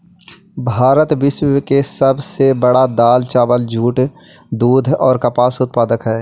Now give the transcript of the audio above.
भारत विश्व के सब से बड़ा दाल, चावल, दूध, जुट और कपास उत्पादक हई